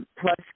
plus